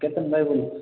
કેતનભાઈ બોલું